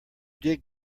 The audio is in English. dig